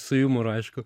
su jumoru aišku